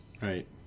Right